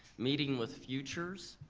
meeting with futures,